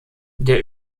der